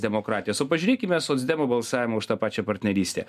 demokratijas o pažiūrėkime socdemų balsavimą už tą pačią partnerystę